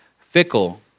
fickle